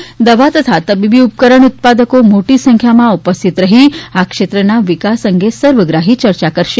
આ પરિષદમાં દવા તથા તબીબી ઉપકરણ ઉત્પાદકો મોટી સંખ્યામાં ઉપસ્થિત રહીને આ ક્ષેત્રના વિકાસ અંગે સર્વગ્રાહી ચર્ચા કરશે